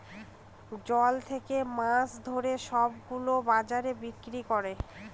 জল থাকে মাছ ধরে সব গুলো বাজারে বিক্রি করে